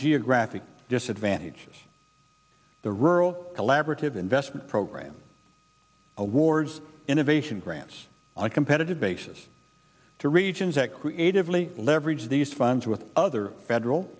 geographic disadvantage the rural collaborative investment program awards innovation grants are competitive basis to regions that creatively leverage these funds with other federal